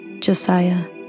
Josiah